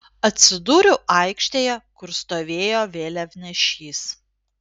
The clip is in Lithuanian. atsidūriau aikštėje kur stovėjo vėliavnešys